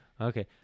Okay